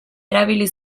erabili